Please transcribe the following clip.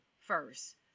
first